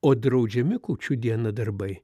o draudžiami kūčių dieną darbai